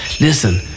Listen